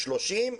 30?